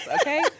okay